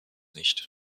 nicht